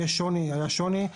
היה שוני.